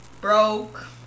broke